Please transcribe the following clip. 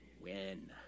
Win